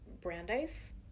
Brandeis